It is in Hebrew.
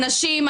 האנשים,